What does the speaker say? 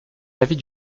l’avis